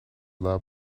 lab